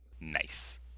Nice